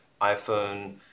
iphone